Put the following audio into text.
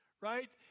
right